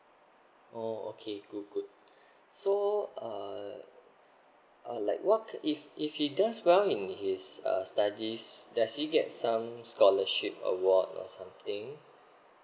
oh okay good good so uh uh like what if if he does well in his uh studies does he get some scholarship award or something